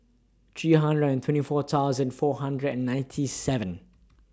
three hundred and twenty four thousand four hundred and ninety seven